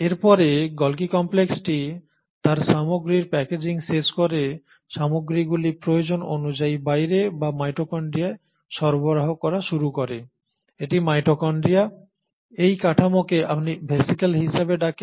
এরপরে গোলজি কমপ্লেক্সটি তার সামগ্রীর প্যাকেজিং শেষ করে সামগ্রীগুলি প্রয়োজন অনুযায়ী বাইরে বা মাইটোকন্ড্রিয়ায় সরবরাহ করা শুরু করে এটি মাইটোকন্ড্রিয়া এই কাঠামোকে আপনি ভ্যাসিকল হিসাবে ডাকেন